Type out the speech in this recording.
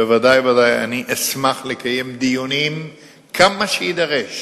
וודאי וודאי שאני אשמח לקיים דיונים ככל שיידרש